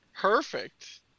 Perfect